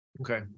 Okay